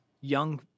young